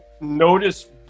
notice